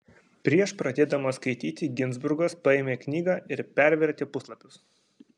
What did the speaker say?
prieš pradėdamas skaityti ginzburgas paėmė knygą ir pervertė puslapius